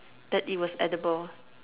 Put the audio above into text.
that it was edible